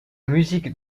musique